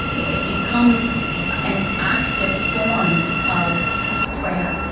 it becomes an active form of prayer,